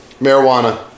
marijuana